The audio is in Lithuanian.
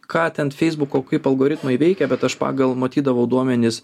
ką ten feisbuko kaip algoritmai veikia bet aš pagal matydavau duomenis